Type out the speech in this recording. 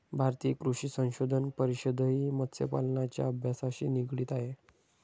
भारतीय कृषी संशोधन परिषदही मत्स्यपालनाच्या अभ्यासाशी निगडित आहे